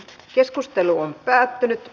keskustelu päättyi